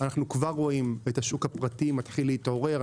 אנחנו כבר רואים את השוק הפרטי מתחיל להתעורר,